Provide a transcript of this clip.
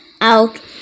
out